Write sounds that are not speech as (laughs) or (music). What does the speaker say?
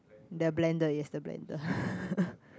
the blender yes the blender (laughs)